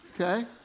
okay